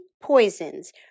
poisons